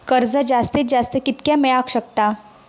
कर्ज जास्तीत जास्त कितक्या मेळाक शकता?